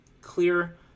clear